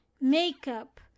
makeup